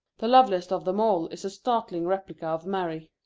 the loveliest of them all is a startling replica of mary.